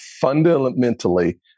fundamentally